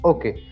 Okay